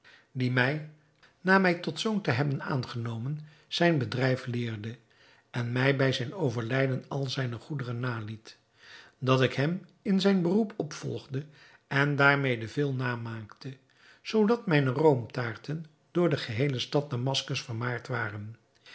die mij na mij tot zoon te hebben aangenomen zijn bedrijf leerde en mij bij zijn overlijden al zijne goederen naliet dat ik hem in zijn beroep opvolgde en daarmede veel naam maakte zoodat mijne roomtaarten door de geheele stad damaskus vermaard waren